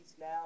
now